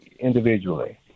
individually